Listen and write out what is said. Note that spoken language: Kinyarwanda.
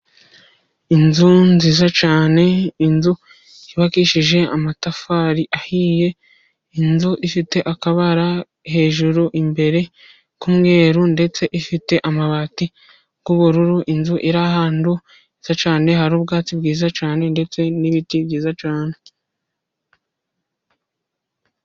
Inzu nziza cyane, inzu yubakishije amatafari ahiye, inzu ifite akabara hejuru imbere k'umweru, ndetse ifite amabati y'ubururu, inzu iri ahantu heza cyane hari ubwatsi bwiza cyane, ndetse n'ibiti byiza cyane.